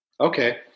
Okay